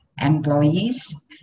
employees